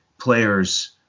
players